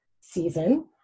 season